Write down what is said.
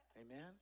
Amen